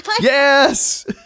Yes